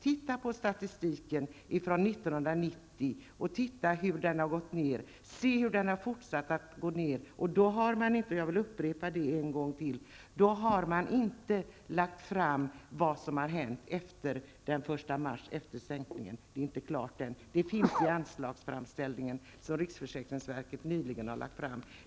Titta på statistiken från 1990 och se hur talen har fortsatt att gå ner! Då har man heller inte, vilket jag vill upprepa, redovisat vad som hänt efter sänkningen den 1 mars. Det är inte klart än. Det finns i anslagsframställningen som riksförsäkringsverket nyligen har lagt fram.